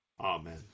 amen